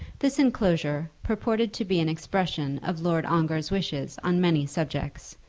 this enclosure purported to be an expression of lord ongar's wishes on many subjects,